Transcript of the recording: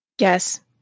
Yes